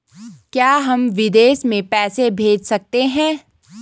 क्या हम विदेश में पैसे भेज सकते हैं?